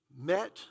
Met